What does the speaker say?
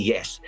Yes